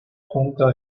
junta